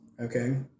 Okay